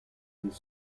these